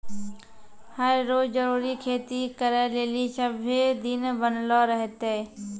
हर रो जरूरी खेती करै लेली सभ्भे दिन बनलो रहतै